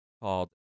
called